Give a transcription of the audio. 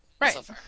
Right